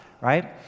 right